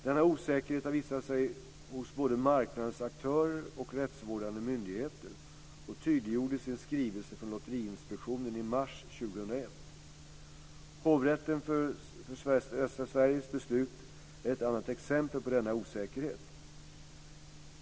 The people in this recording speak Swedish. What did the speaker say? Denna osäkerhet har visat sig hos både marknadens aktörer och rättsvårdande myndigheter och tydliggjordes i en skrivelse från Lotteriinspektionen i mars 2001. Hovrättens för Västra Sverige beslut är ett annat exempel på denna osäkerhet.